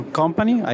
company